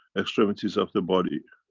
extremities of the body.